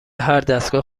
هردستگاه